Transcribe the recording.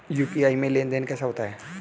UPI में लेनदेन कैसे होता है?